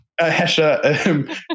Hesha